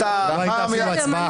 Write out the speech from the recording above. אתה יכול לנמק הסתייגויות במליאה.